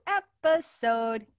episode